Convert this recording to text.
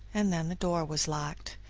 and then the door was locked.